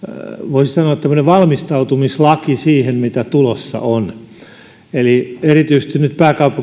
voisi sanoa tämmöinen valmistautumislaki siihen mitä tulossa on eli erityisesti nyt pääkaupunkiseudulla meillä on